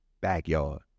backyard